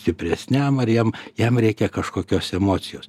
stipresniam ar jam jam reikia kažkokios emocijos